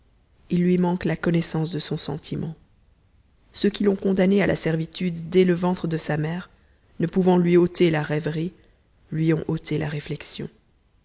il lui manque la connaissance de son sentiment ceux qui l'ont condamné à la servitude dès le ventre de sa mère ne pouvant lui ôter la rêverie lui ont ôté la réflexion